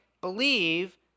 believe